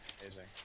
amazing